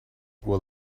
well